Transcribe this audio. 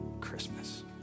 Christmas